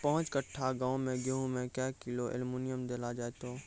पाँच कट्ठा गांव मे गेहूँ मे क्या किलो एल्मुनियम देले जाय तो?